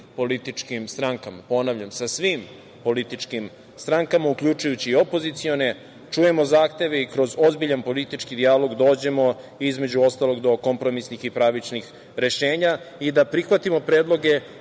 političkim strankama, ponavljam, sa svim političkim strankama, uključujući i opozicione, čujemo zahteve i kroz ozbiljan politički dijalog dođemo, između ostalog, do kompromisnih i pravičnih rešenja i da prihvatimo predloge,